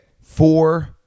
four